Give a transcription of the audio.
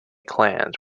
clans